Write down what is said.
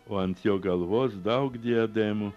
o ant jo galvos daug diademų